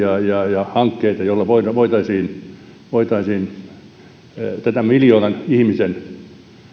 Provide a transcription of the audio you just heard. ja hankkeita joilla voitaisiin voitaisiin miljoonan ihmisen